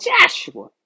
Joshua